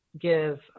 give